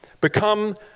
Become